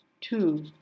Two